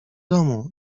domu